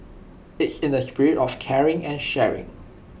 it's in the spirit of caring and sharing